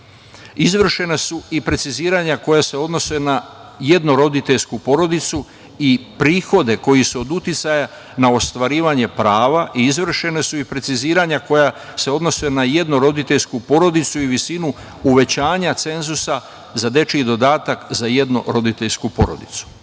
Izvršena su i preciziranja koja se odnose na jednoroditeljsku porodicu i prihode koji su od uticaja na ostvarivanje prava i izvršena su i preciziranja koja se odnose na jednoroditeljsku porodicu i visinu uvećanja cenzusa za dečiji dodatak za jednoroditeljsku porodicu. Takođe,